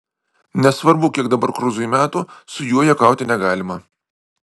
nesvarbu kiek dabar cruzui metų su juo juokauti negalima